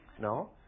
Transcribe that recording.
No